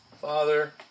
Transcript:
Father